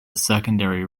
secondary